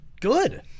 good